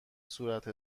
صورت